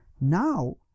now